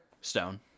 Stone